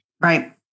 Right